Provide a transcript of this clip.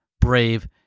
brave